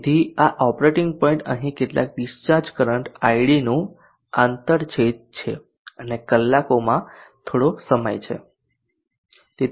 તેથી આ operating point અહીં કેટલાક ડિસ્ચાર્જ કરંટ id નું આંતરછેદ છે અને કલાકોમાં થોડો સમય છે